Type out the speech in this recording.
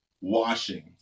washing